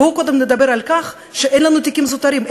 בואו נדבר קודם על כך שאין לנו תיקים זוטרים,